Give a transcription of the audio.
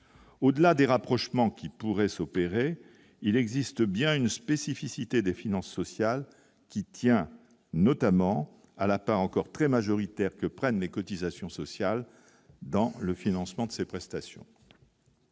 au-delà des rapprochements qui pourrait s'opérer, il existe bien une spécificité des finances qui tient notamment à la pas encore très majoritaire que prennent les cotisations sociales dans le financement de ses prestations